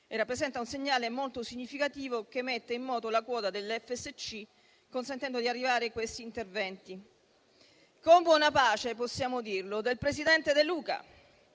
e rappresenta un segnale molto significativo che mette in moto la quota dell'FSC, consentendo di arrivare a questi interventi. Con buona pace - possiamo dirlo - del presidente De Luca,